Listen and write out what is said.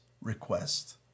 request